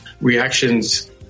reactions